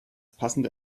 passende